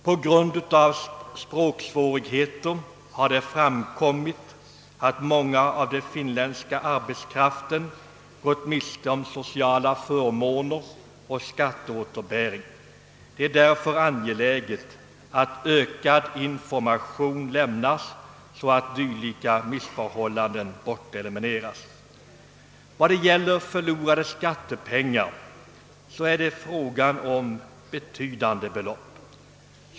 På grund av språksvårigheter har många finländare gått miste om sociala förmåner och skatteåterbäring. Det är därför angeläget att ökad information lämnas så att dylika missförhållanden elimineras. I skatteåterbäring har de förlorat betydande belopp.